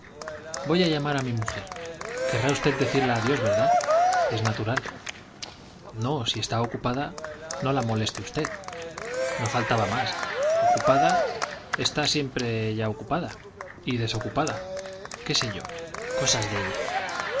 voy a llamar a mi mujer querrá usted decirla adiós verdad es natural no si está ocupada no la moleste usted no faltaba más ocupada ella siempre está ocupada y desocupada qué sé yo cosas de ella